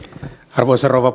arvoisa rouva